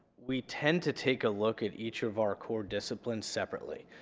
we tend to take a look at each of our core disciplines separately,